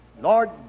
Lord